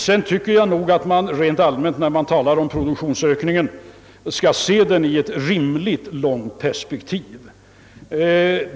Vidare tycker jag att man rent allmänt, när man talar om produktionsökningen, skall se denna i ett rimligt långt perspektiv.